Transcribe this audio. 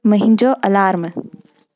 मुंहिंजो अलार्म